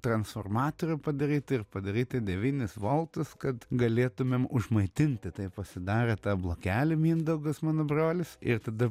transformatorių padaryt ir padaryti devynis voltus kad galėtumėm užmaitinti tai pasidarė tą blokelį mindaugas mano brolis ir tada